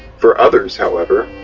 for others however,